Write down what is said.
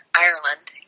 Ireland